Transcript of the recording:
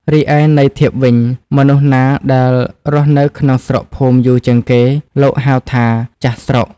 រីឯ ន័យធៀបវិញ មនុស្សណាដែលរស់នៅក្នុងស្រុកភូមិយូរជាងគេ លោកហៅថា «ចាស់ស្រុក» ។